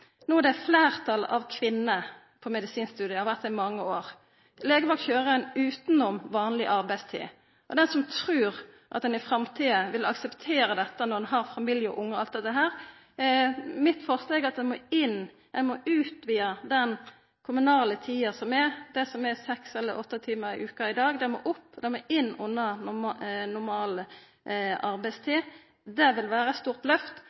No er det fleirtal av kvinner på medisinstudiet; det har vore det i mange år. Legevakt køyrer ein utanom vanleg arbeidstid, og kven trur at ein i framtida vil akseptera dette når ein har familie og ungar. Mitt forslag er at ein må utvida den kommunale tida som er. Det som er seks eller åtte timar i veka i dag, må opp og inn under normal arbeidstid. Det vil vera eit stort løft.